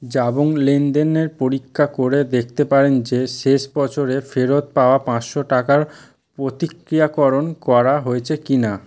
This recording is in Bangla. জাবং লেনদেনের পরীক্ষা করে দেখতে পারেন যে শেষ বছরে ফেরত পাওয়া পাঁচশো টাকার প্রতিক্রিয়াকরণ করা হয়েছে কি না